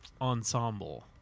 ensemble